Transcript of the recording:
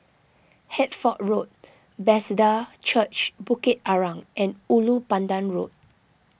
Hertford Road Bethesda Church Bukit Arang and Ulu Pandan Road